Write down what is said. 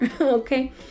Okay